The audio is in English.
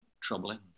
troubling